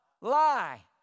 lie